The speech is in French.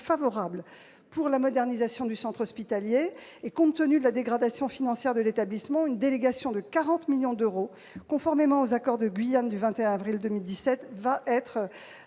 favorable à la modernisation du centre hospitalier. Eu égard à la dégradation financière de l'établissement, une délégation de 40 millions d'euros, conformément aux accords de Guyane du 21 avril 2017, va être